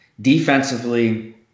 Defensively